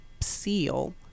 seal